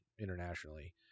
internationally